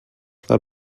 del